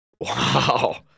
Wow